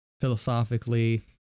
philosophically